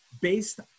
based